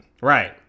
Right